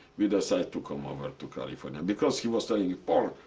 we decide to come over to california. because he was telling me, pol,